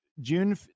June